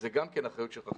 זאת גם אחריות של רח"ל.